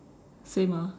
same ah